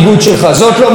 אדוני ראש הממשלה,